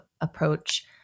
approach